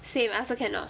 same I also cannot